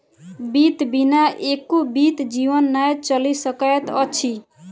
वित्त बिना एको बीत जीवन नै चलि सकैत अछि